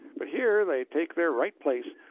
but here they take their right place,